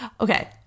Okay